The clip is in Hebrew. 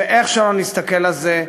שאיך שלא נסתכל על זה,